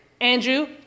Andrew